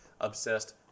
obsessed